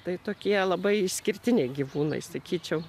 tai tokie labai išskirtiniai gyvūnai sakyčiau